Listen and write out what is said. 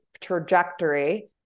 trajectory